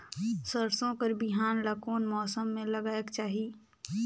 सरसो कर बिहान ला कोन मौसम मे लगायेक चाही?